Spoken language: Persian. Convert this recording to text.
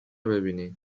ببینی